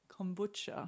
kombucha